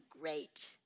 great